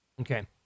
Okay